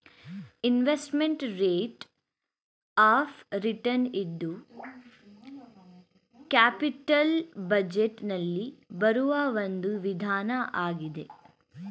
investment rate of return ಇದು capital budget ನಲ್ಲಿ ಬರುವ ಒಂದು ವಿಧಾನ ಆಗಿದೆ